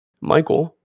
michael